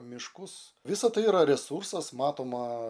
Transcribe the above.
miškus visa tai yra resursas matoma